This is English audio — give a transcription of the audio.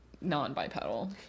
non-bipedal